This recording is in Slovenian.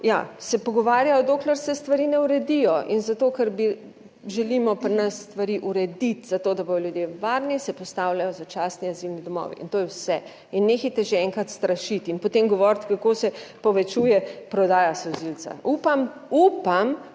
se pogovarjajo, dokler se stvari ne uredijo in zato, ker želimo pri nas stvari urediti za to, da bodo ljudje varni se postavljajo začasni azilni domovi in to je vse. In nehajte že enkrat strašiti in potem govoriti, kako se povečuje prodaja solzivca. Upam, upam,